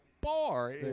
Bar